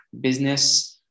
business